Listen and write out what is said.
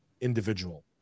individual